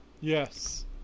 Yes